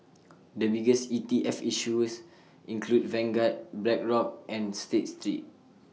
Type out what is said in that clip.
the biggest E T F issuers include Vanguard Blackrock and state street